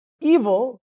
evil